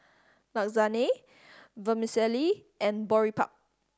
Lasagne Vermicelli and Boribap